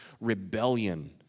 rebellion